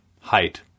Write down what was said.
Height